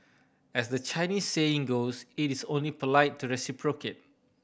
as the Chinese saying goes it is only polite to reciprocate